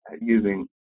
using